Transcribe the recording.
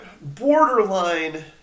borderline